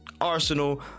Arsenal